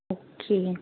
okay